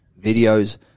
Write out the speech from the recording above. videos